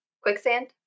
quicksand